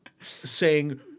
saying-